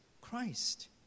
Christ